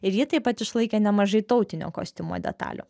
ir ji taip pat išlaikė nemažai tautinio kostiumo detalių